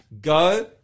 Go